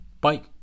Bye